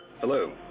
Hello